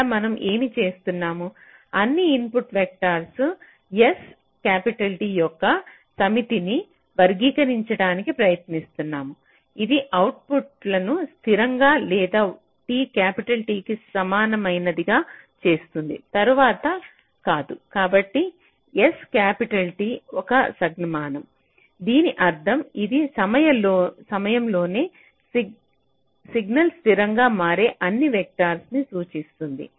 ఇక్కడ మనం ఏమి చేస్తున్నాము అన్ని ఇన్పుట్ వెక్టర్స్ S T యొక్క సమితిని వర్గీకరించడానికి ప్రయత్నిస్తున్నాము ఇది అవుట్పుట్లను స్థిరంగా లేదా t Tకి సమానమైనదిగా చేస్తుంది తరువాత కాదు కాబట్టి S ఒక సంజ్ఞామానం దీని అర్థం ఇది సమయం లోనే సిగ్నల్ స్థిరంగా మారే అన్ని వెక్టర్లను సూచిస్తుంది